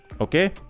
okay